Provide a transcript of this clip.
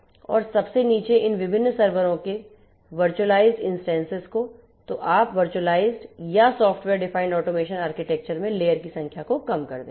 और सबसे नीचे इन विभिन्न सर्वरों के वर्चुअलाइज्ड इंस्टेंसेस को तो आप वर्चुअलाइज्ड या सॉफ्टवेयर डिफाइंड ऑटोमेशन आर्किटेक्चर में लेयर की संख्या को कम कर देते हैं